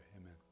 amen